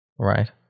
Right